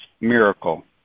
miracle